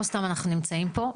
לא סתם אנחנו נמצאים פה.